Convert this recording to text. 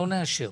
לא נאשר.